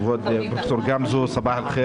כבוד פרופסור גמזו, בוקר טוב.